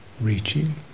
Reaching